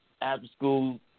after-school